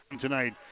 tonight